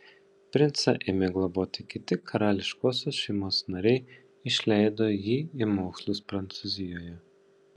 princą ėmė globoti kiti karališkosios šeimos nariai išleido jį į mokslus prancūzijoje